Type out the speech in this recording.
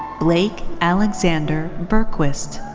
blake alexander bergquist.